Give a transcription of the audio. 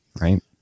right